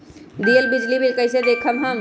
दियल बिजली बिल कइसे देखम हम?